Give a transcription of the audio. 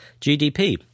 GDP